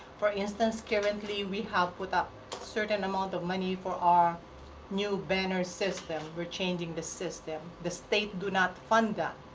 for instance, currently we have put ah a certain amount of money for our new banner system. we're changing the system. the state do not fund that.